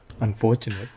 Unfortunate